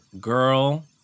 girl